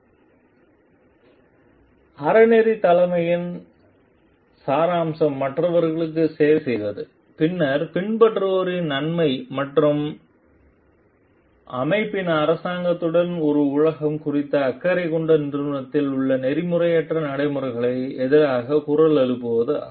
slide நேரம் 2815 பார்க்கவும் அறநெறித் தலைமையின் சாராம்சம் மற்றவர்களுக்கு சேவை செய்வதும் பின்னர் பின்பற்றுபவரின் நன்மை மற்றும் அமைப்பின் அரசாங்கத்துடன் ஒரு உலகம் குறித்து அக்கறை கொண்ட நிறுவனத்தில் உள்ள நெறிமுறையற்ற நடைமுறைகளுக்கு எதிராக குரல் எழுப்புவதும் ஆகும்